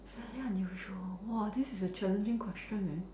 fairly unusual !wah! this is a very challenging question man